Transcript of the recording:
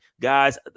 Guys